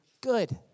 good